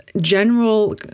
general